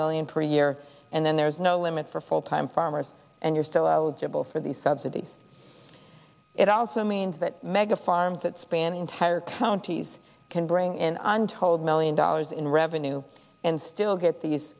million per year and then there's no limit for full time farmers and you're still eligible for these subsidies it also means that mega farms that span entire counties can bring in untold million dollars in revenue and still get these